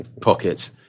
pockets